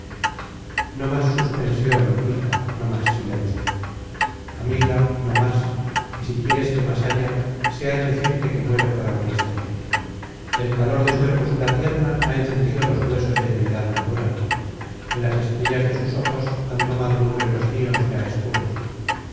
más suspension hija no más silencio amiga no más y si quieres que más haya sea el decirte que muero por auristela el calor de su hermosura tierna ha encendido los huesos de mi edad madura en las estrellas de sus ojos han tomado lumbre los mios ya escuros